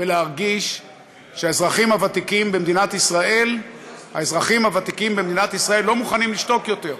ולהרגיש שהאזרחים הוותיקים במדינת ישראל לא מוכנים לשתוק יותר,